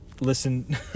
listen